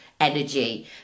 Energy